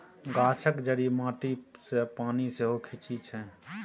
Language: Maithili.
गाछक जड़ि माटी सँ पानि सेहो खीचई छै